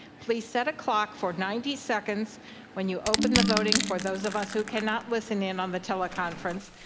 please set a clock for ninety seconds when you open the voting for those of us who cannot listen in on the teleconference.